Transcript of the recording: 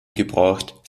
gebraucht